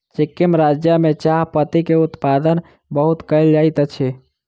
सिक्किम राज्य में चाह पत्ती के उत्पादन बहुत कयल जाइत अछि